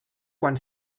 quan